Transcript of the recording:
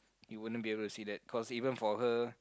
you won't be able to see that cause even for her